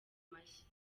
mashya